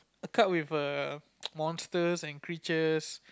the card with err monsters and creatures